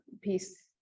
piece